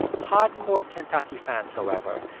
hardcore kentucky fans, however,